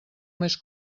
més